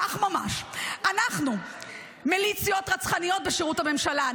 כך ממש: אנחנו "מיליציות רצחניות בשירות הממשלה";